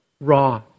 Raw